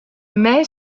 mets